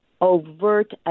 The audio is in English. overt